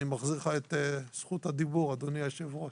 אני מחזיר לך את זכות הדיבור, אדוני היו"ר.